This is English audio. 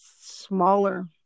smaller